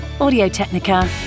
Audio-Technica